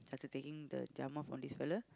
started taking the from this fella